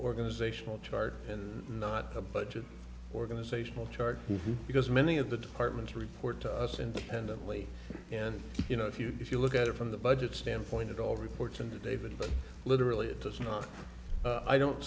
organizational chart and not a budget organizational chart because many of the departments report to us independently and you know if you if you look at it from the budget standpoint it all reports and david literally it does not i don't